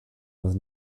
was